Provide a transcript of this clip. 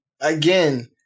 again